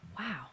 wow